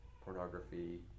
pornography